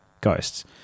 ghosts